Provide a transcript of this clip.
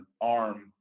arm